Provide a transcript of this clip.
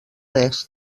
oest